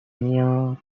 میاد